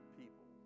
people